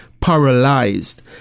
paralyzed